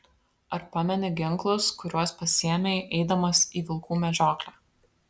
ar pameni ginklus kuriuos pasiėmei eidamas į vilkų medžioklę